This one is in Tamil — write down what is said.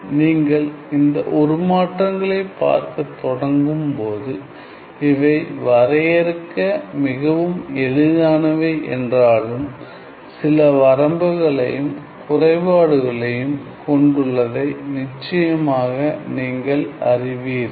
நீங்கள் இந்த உருமாற்றங்களை பார்க்க தொடங்கும்போது இவை வரையறுக்க மிகவும் எளிதானவை என்றாலும் சில வரம்புகளையும் குறைபாடுகளையும் கொண்டுள்ளதை நிச்சயமாக நீங்கள் அறிவீர்கள்